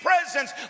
presence